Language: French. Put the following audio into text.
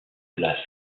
place